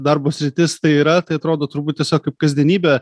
darbo sritis tai yra tai atrodo turbūt tiesiog kaip kasdienybė